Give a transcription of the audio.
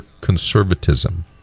conservatism